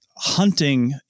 hunting